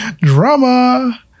Drama